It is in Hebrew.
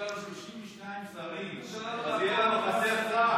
יש לנו 32 שרים, אז יהיה חסר לנו שר.